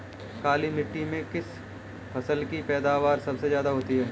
काली मिट्टी में किस फसल की पैदावार सबसे ज्यादा होगी?